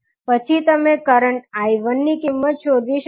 પછી તમે કરંટ 𝐼1 ની કિંમત શોધી શકો છો